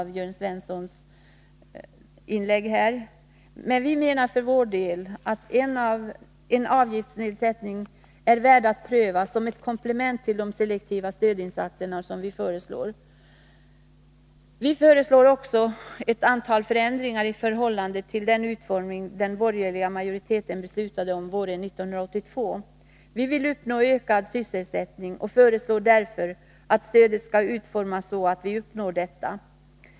Vi menar för vår del att en avgiftsnedsättning är väl värd att pröva som ett komplement till de selektiva stödinsatser som vi föreslår. Vi föreslår också ett antal förändringar i förhållande till den utformning den borgerliga majoriteten beslutade om våren 1982. Vi vill uppnå ökad sysselsättning och föreslår därför att stödet skall utformas så att vi når detta mål.